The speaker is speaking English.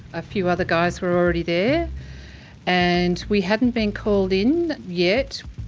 a few other guys were already there and we hadn't been called in yet.